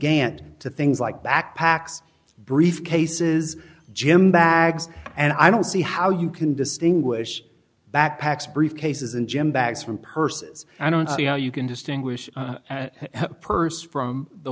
gant to things like backpacks briefcases gym bags and i don't see how you can distinguish backpacks briefcases and gym bags from purses i don't see how you can distinguish a purse from the